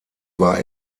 war